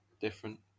different